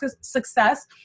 success